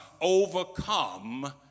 overcome